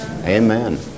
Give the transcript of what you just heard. Amen